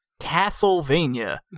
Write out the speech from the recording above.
Castlevania